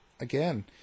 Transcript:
Again